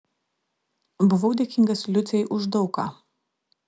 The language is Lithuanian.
buvau dėkingas liucei už daug ką